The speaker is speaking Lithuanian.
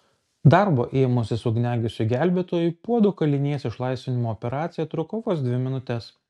darbo ėmusis ugniagesiui gelbėtojui puodo kalinės išlaisvinimo operacija truko vos dvi minutes